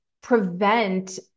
prevent